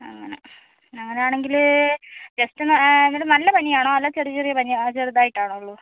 അങ്ങനെ അങ്ങനാണങ്കില് ജസ്റ്റൊന്ന് എന്നിട്ട് നല്ല പനിയാണോ അതൊ ചെറിയ ചെറിയ പനി ചെറുതായിട്ടാണോ ഉള്ളൂ